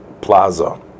plaza